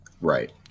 Right